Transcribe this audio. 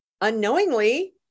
unknowingly